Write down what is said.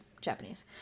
Japanese